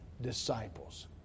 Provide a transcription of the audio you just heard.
disciples